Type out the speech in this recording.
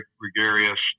gregarious